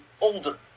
older